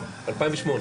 מ-2008.